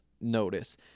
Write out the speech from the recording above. notice